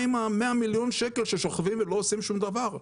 מה עם 100,000,000 ₪ ששוכבים ולא עושים שום דבר?